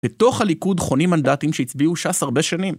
בתוך הליכוד חונים מנדטיים שהצביעו ש"ס הרבה שנים.